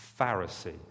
Pharisee